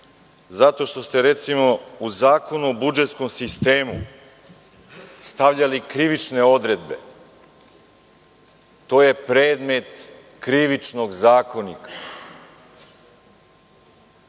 zato što ste, recimo, u Zakonu o budžetskom sistemu stavljali krivične odredbe, a to je predmet Krivičnog zakonika.